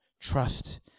trust